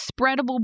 spreadable